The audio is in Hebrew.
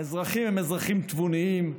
האזרחים הם אזרחים תבוניים.